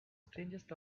strangest